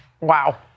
Wow